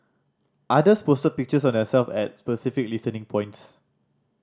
others posted pictures of themselves at specific listening points